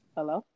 Hello